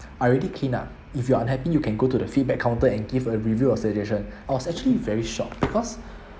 I already clean up if you're unhappy you can go to the feedback counter and give a review or suggestion I was actually very shocked because